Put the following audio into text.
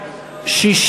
60,